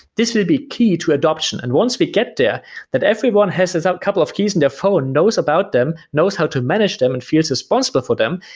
this would be key to adoption. and once we get there that everyone has his couple of keys in their phone knows about them, knows how to manage them and feels responsible for them,